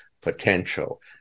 potential